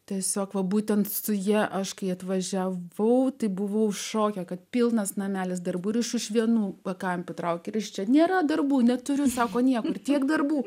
tiesiog va būtent su ja aš kai atvažiavau tai buvau šoke kad pilnas namelis darbų iš vienų pakampių traukė risčia nėra darbų neturiu sako niekur tiek darbų